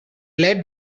led